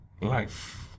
life